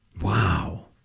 Wow